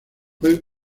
fue